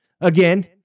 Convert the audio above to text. again